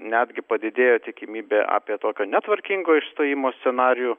netgi padidėjo tikimybė apie tokio netvarkingo išstojimo scenarijų